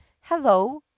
hello